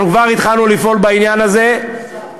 אנחנו כבר התחלנו לפעול בעניין הזה והוזלנו